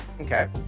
Okay